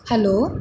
hello